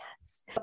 Yes